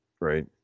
right